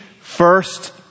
first